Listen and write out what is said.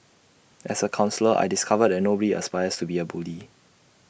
as A counsellor I discovered that nobody aspires to be A bully